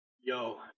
Yo